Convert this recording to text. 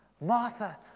Martha